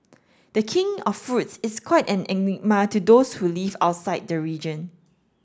the King of Fruits is quite an enigma to those who live outside the region